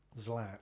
Zlat